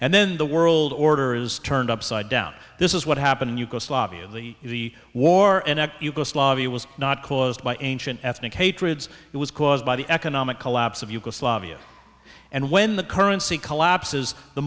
and then the world order is turned upside down this is what happened in yugoslavia and the war in yugoslavia was not caused by ancient ethnic hatreds it was caused by the economic collapse of yugoslavia and when the currency collapses the